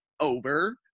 Over